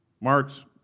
Mark's